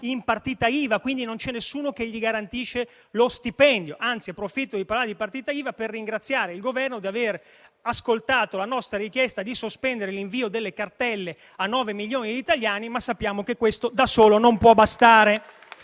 in partita IVA, quindi non c'è nessuno che garantisce loro lo stipendio; anzi approfitto del fatto di parlare di partite IVA per ringraziare il Governo per aver ascoltato la nostra richiesta di sospendere l'invio delle cartelle a 9 milioni di italiani, ma sappiamo che questo da solo non può bastare.